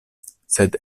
sed